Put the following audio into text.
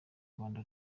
rwanda